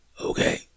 okay